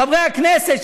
חברי הכנסת,